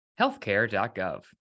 healthcare.gov